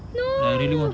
no